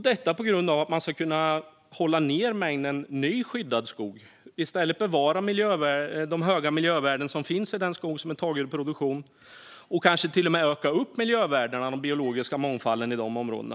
Detta gör vi för att man ska kunna hålla ned mängden ny skyddad skog och i stället bevara de höga miljövärden som finns i den skog som är tagen ur produktion och kanske till och med öka miljövärdena och den biologiska mångfalden i dessa områden.